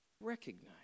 Recognize